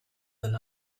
than